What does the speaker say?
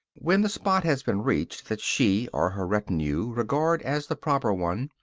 when the spot has been reached that she, or her retinue, regard as the proper one,